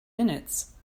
minutes